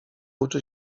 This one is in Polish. uczy